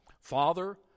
Father